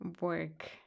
work